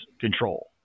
control